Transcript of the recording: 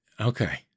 Okay